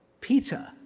Peter